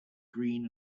green